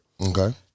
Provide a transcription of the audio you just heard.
Okay